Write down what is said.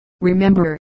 remember